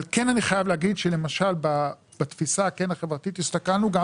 אבל כן אני חייב להגיד שלמשל בתפיסה החברתית הסתכלנו גם